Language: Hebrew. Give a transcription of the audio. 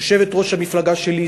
יושבת-ראש המפלגה שלי,